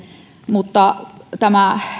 mutta